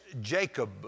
Jacob